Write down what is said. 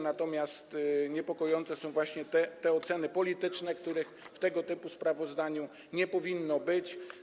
Natomiast niepokojące są właśnie te oceny polityczne, których w tego typu sprawozdaniu nie powinno być.